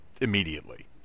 immediately